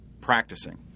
practicing